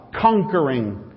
Conquering